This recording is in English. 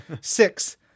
Six